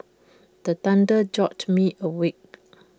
the thunder jolt me awake